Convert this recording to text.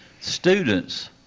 students